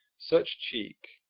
such cheek!